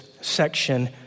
section